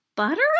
Butter